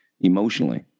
emotionally